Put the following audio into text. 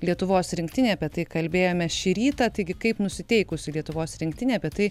lietuvos rinktinė apie tai kalbėjome šį rytą taigi kaip nusiteikusi lietuvos rinktinė apie tai